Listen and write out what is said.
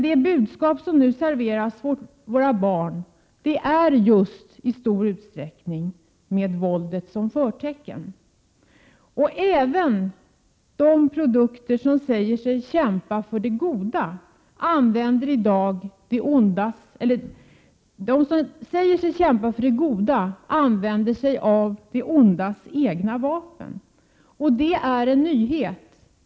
Det budskap som nu förmedlas till våra barn har just våldet som förtecken. Även de som i dessa produkter säger sig kämpa för det goda använder i dag det ondas egna vapen. Det är en nyhet.